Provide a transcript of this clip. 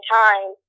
time